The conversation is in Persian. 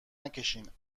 نکشینالان